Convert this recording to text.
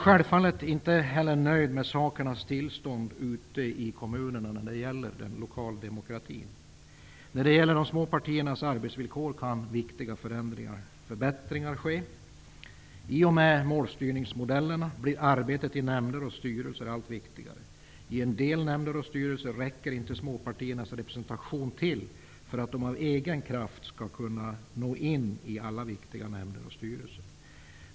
Självfallet är jag inte nöjd med sakernas tillstånd ute i kommunerna i fråga om den lokala demokratin. När det gäller de små partiernas arbetsvillkor kan viktiga förändringar och förbättringar ske. I och med målstyrningsmodellerna blir arbetet i nämnder och styrelser allt viktigare. I en del nämnder och styrelser räcker inte småpartiernas representation till för att de av egen kraft skall kunna nå in i alla viktiga nämnder och styrelser.